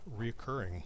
reoccurring